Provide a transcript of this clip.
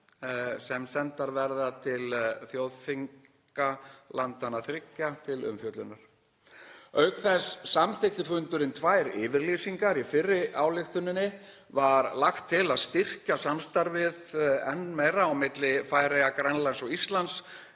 sem sendar verða til þjóðþinga landanna þriggja til umfjöllunar. Auk þess samþykkti fundurinn tvær yfirlýsingar. Í fyrri ályktuninni var lagt til að styrkja samstarfið enn meira á milli Færeyja, Grænlands og Íslands